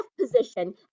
position